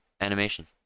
animation